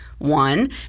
One